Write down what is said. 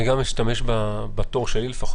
אני אשתמש בתור שלי לדבר.